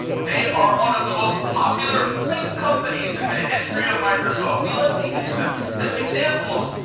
they are one of the most popular fake companies in the history of microsoft, we like to use them as an example of,